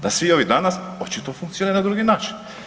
Da svi ovi danas očito funkcioniraju na drugi način.